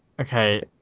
Okay